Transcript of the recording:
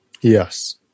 yes